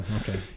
okay